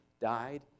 died